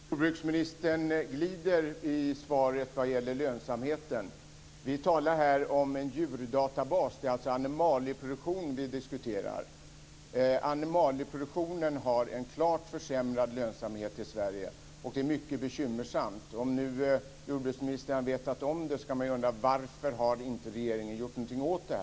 Herr talman! Jordbruksministern glider på svaret vad gäller lönsamheten. Vi talar här om en djurdatabas. Det är alltså animalieproduktion som vi diskuterar. Animalieproduktionen har en klart försämrad lönsamhet i Sverige, och det är mycket bekymmersamt. Om jordbruksministern nu har vetat om detta kan man ju undra varför regeringen inte har gjort någonting åt det.